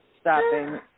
stopping